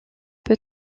peu